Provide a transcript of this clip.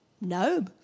No